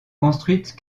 construite